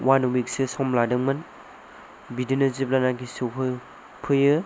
one week सो सम लादोंमोन बिदिनो जेब्लानोखि सफैयो